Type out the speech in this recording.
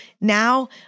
Now